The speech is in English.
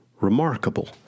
Remarkable